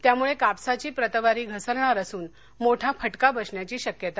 त्यामुळं कापसाची प्रतवारी घसरणार असून मोठा फटका बसण्याची शक्यता आहे